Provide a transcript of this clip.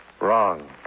Wrong